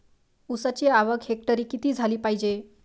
ऊसाची आवक हेक्टरी किती झाली पायजे?